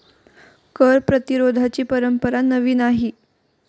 कर प्रतिरोधाची परंपरा नवी नाही